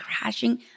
crashing